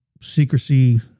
secrecy